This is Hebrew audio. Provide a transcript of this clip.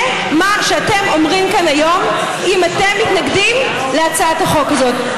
זה מה שאתם אומרים כאן היום אם אתם מתנגדים להצעת החוק הזאת.